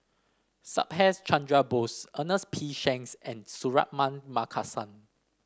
Subhas Chandra Bose Ernest P Shanks and Suratman Markasan